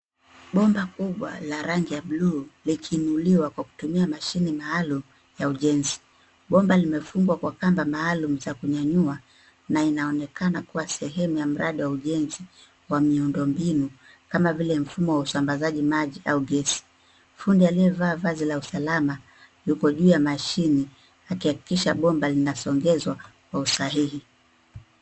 Pomba kubwa la rangi ya bluu likiinuliwa kwa kutumia mashine maalum ya ujenzi. Pomba limefungwa kwa kamba maalum za kunyanyua na inaonekana kuwa sehemu ya mradi wa ujenzi wa miundobinu kama vile mfumo wa usambazaji maji au kesi. Fundi aliyevaa vaa vazi ya usalama yuko juu ya mashine akihakikisha pomba linanazongeswa kwa usahihi.